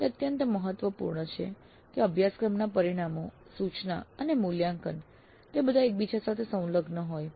એ અત્યંત મહત્વપૂર્ણ છે કે અભ્યાસક્રમના પરિણામો સૂચના અને મૂલ્યાંકન તે બધા એકબીજા સાથે સંલગ્ન હોય